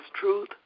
truth